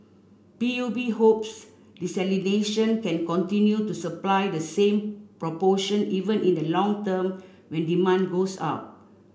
P U B hopes desalination can continue to supply the same proportion even in the long term when demand goes up